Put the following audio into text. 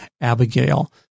Abigail